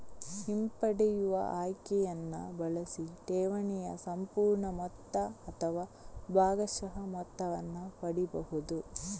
ಹಿಂಪಡೆಯುವ ಆಯ್ಕೆಯನ್ನ ಬಳಸಿ ಠೇವಣಿಯ ಸಂಪೂರ್ಣ ಮೊತ್ತ ಅಥವಾ ಭಾಗಶಃ ಮೊತ್ತವನ್ನ ಪಡೀಬಹುದು